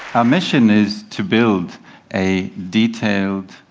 our mission is to build a detailed,